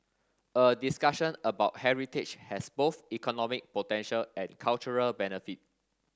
a discussion about heritage has both economic potential and cultural benefit